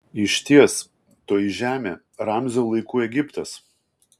išties toji žemė ramzio laikų egiptas